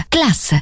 Class